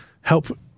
help